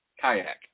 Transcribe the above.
kayak